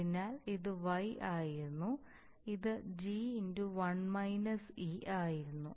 അതിനാൽ ഇത് y ആയിരുന്നു ഇത് G ആയിരുന്നു